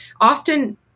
Often